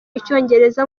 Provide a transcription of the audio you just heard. icyongereza